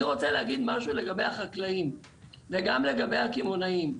אני רוצה להגיד משהו לגבי החקלאים וגם לגבי הקמעונאים,